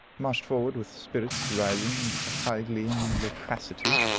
marched forward with spirits rising into high glee and loquacity.